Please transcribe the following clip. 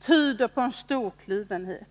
tyder på en stor kluvenhet.